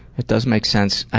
it does make sense.